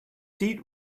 seat